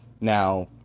Now